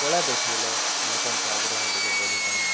କଳା ଦେଖେଇଲେ ଲୋକଙ୍କ ଆଗ୍ରହ ଟିକେ ବଢ଼ିଥାଏ